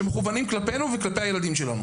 שמכוונים כלפינו וכלפי הילדים שלנו?